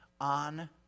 on